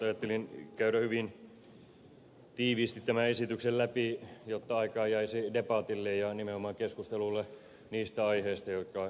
ajattelin käydä hyvin tiiviisti tämän esityksen läpi jotta aikaa jäisi debatille ja nimenomaan keskustelulle niistä aiheista jotka eduskuntaa kiinnostavat